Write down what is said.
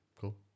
Cool